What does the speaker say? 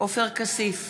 עופר כסיף,